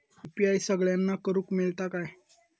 UPI सगळ्यांना करुक मेलता काय?